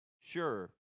sure